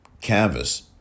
canvas